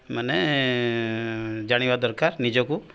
ମାନେ ଜାଣିବା ଦରକାର ନିଜକୁ